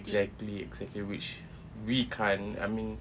exactly exactly which we can't I mean